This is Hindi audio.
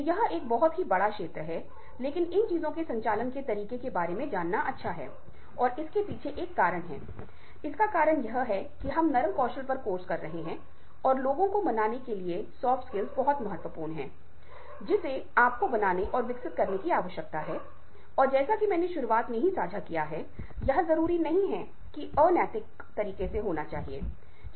और एक बार जब आप अपनी खुद की भावनाओं से अवगत होते हैं तो आप जानते हैं कि आप चिड़चिड़े हैं और आप इस जलन का कारण जानते हैं और आप विच्छेदन कर रहे हैं और वास्तव में जानते हैं कि यह क्या कारण है कि क्या यह अन्य व्यक्ति अनजाने में जलन पैदा कर रहा है या जानबूझकर जलन है आप अपने आप को नियंत्रित कर सकते हैं